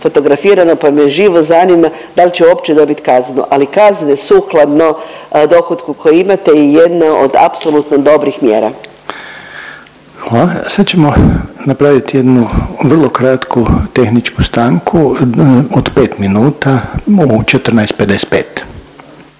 fotografirano pa me živo zanima dal će uopće dobit kaznu. Ali kazne sukladno dohotku koji imate je jedna od apsolutno dobrih mjera. **Reiner, Željko (HDZ)** Hvala. Sad ćemo napravit jednu vrlo kratku tehničku stanku od pet minuta u 14:55.